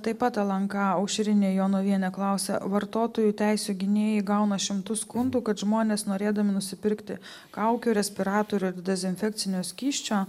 taip pat lnk aušrinė jonavienė klausia vartotojų teisių gynėjai gauna šimtus skundų kad žmonės norėdami nusipirkti kaukių respiratorių dezinfekcinio skysčio